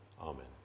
Amen